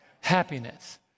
Happiness